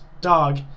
dog